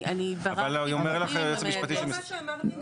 אבל אומר לך היועץ המשפטי --- אפרופו מה שאמרתי,